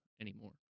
anymore